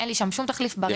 אין לי שם אף תחליף בריא.